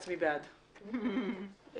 הצבעה בעד,